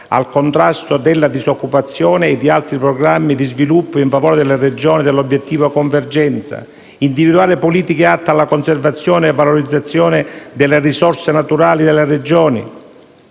al contrasto della disoccupazione e di altri programmi di sviluppo in favore delle Regioni dell'obiettivo convergenza; individuare politiche atte alla conservazione e alla valorizzazione delle risorse naturali delle Regioni,